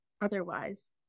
otherwise